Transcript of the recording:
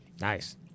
Nice